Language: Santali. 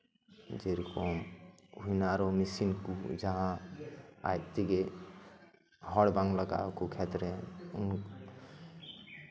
ᱡᱮᱨᱚᱠᱚᱢ ᱦᱩᱭᱮᱱᱟ ᱟᱨᱚ ᱢᱮᱥᱤᱱ ᱠᱚ ᱡᱟᱦᱟᱸ ᱟᱡ ᱛᱮᱜᱮ ᱦᱚᱲ ᱵᱟᱝ ᱞᱟᱜᱟᱣ ᱟᱠᱚ ᱠᱷᱮᱛᱨᱮ ᱩᱱ